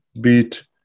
Beat